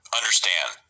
Understand